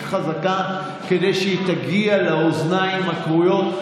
חזקה כדי שהיא תגיע לאוזניים הכרויות,